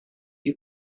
you